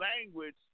language